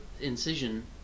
incision